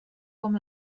com